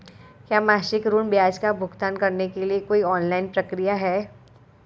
क्या मासिक ऋण ब्याज का भुगतान करने के लिए कोई ऑनलाइन प्रक्रिया है?